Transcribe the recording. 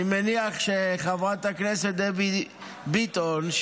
אני מניח שחברת הכנסת דבי ביטון,